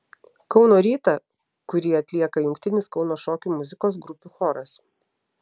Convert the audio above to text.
kauno rytą kurį atlieka jungtinis kauno šokių muzikos grupių choras